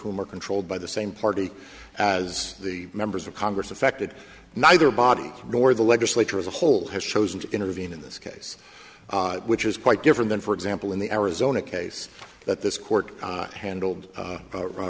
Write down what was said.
whom are controlled by the same party as the members of congress affected neither body nor the legislature as a whole has chosen to intervene in this case which is quite different than for example in the arizona case that this court handled